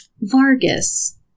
Vargas